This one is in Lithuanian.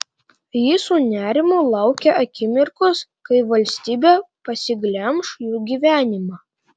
ji su nerimu laukė akimirkos kai valstybė pasiglemš jų gyvenimą